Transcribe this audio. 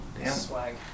swag